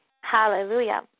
Hallelujah